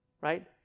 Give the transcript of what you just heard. right